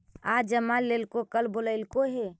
आज जमा लेलको कल बोलैलको हे?